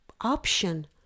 option